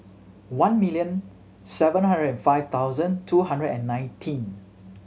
one million seven hundred and five thousand two hundred and nineteen